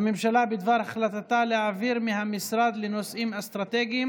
הממשלה בדבר החלטתה להעביר מהמשרד לנושאים אסטרטגיים